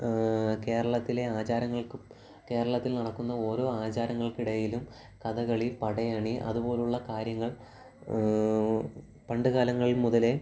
കേരളത്തിലെ ആചാരങ്ങൾക്കും കേരളത്തിൽ നടക്കുന്ന ഓരോ ആചാരങ്ങൾക്കിടയിലും കഥകളി പടയണി അതുപോലുള്ള കാര്യങ്ങൾ പണ്ടുകാലങ്ങൾ മുതലേ